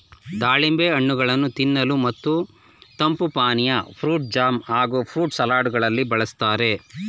ದಾಳಿಂಬೆ ಹಣ್ಣುಗಳನ್ನು ತಿನ್ನಲು ಮತ್ತು ತಂಪು ಪಾನೀಯ, ಫ್ರೂಟ್ ಜಾಮ್ ಹಾಗೂ ಫ್ರೂಟ್ ಸಲಡ್ ಗಳಲ್ಲಿ ಬಳ್ಸತ್ತರೆ